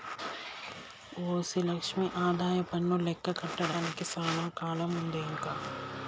OC Lakshmi ఆదాయపన్ను లెక్క కట్టడానికి సానా కాలముందే ఇంక